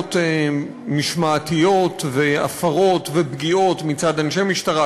בעיות משמעתיות והפרות ופגיעות מצד אנשי משטרה,